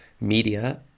media